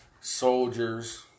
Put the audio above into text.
soldiers